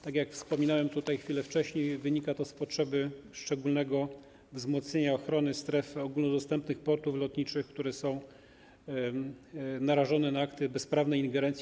Tak jak wspominałem chwilę wcześniej, wynika to z potrzeby szczególnego wzmocnienia ochrony stref ogólnodostępnych portów lotniczych, które są narażone na akty bezprawnej ingerencji.